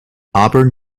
auburn